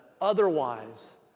Otherwise